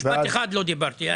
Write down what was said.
משפט אחד לא דיברתי.